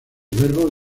verbos